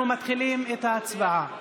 אנחנו מתחילים את ההצבעה.